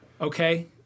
Okay